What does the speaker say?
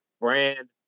brand